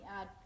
add